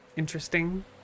Interesting